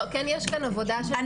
כן יש כאן עבודה שצריכים